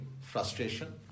frustration